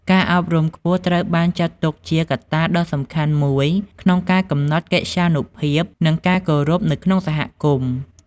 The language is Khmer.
ការអប់រំខ្ពស់ត្រូវបានចាត់ទុកជាកត្តាដ៏សំខាន់មួយក្នុងការកំណត់កិត្យានុភាព និងការគោរពនៅក្នុងសហគមន៍។